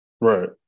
Right